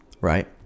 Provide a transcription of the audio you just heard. right